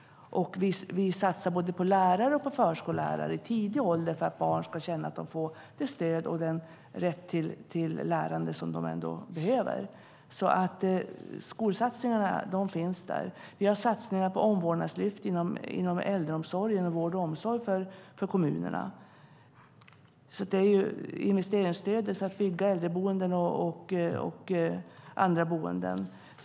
Vi satsar både på lärare och på förskollärare. Redan i tidig ålder ska barn känna att de får det stöd som de behöver och det lärande som de har rätt till. Skolsatsningarna finns alltså där. Vi har satsningar på omvårdnadslyft inom äldreomsorgen och inom vård och omsorg för kommunerna, liksom investeringsstöd för att bygga äldreboenden och andra boenden.